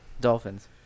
Dolphins